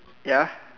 ya